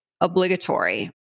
obligatory